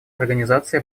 организации